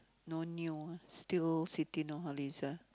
no new ah still Siti Nurhaliza